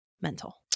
Mental